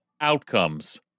Outcomes